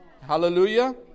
Hallelujah